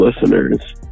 listeners